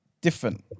Different